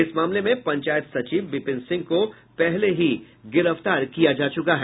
इस मामले में पंचायत सचिव विपिन सिंह को पहले ही गिरफ्तार किया जा चुका है